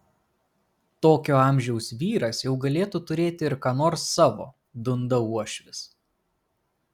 tokio amžiaus vyras jau galėtų turėti ir ką nors savo dunda uošvis